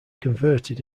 converted